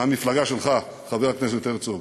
מהמפלגה שלך, חבר הכנסת הרצוג,